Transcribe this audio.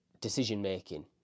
decision-making